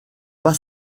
pas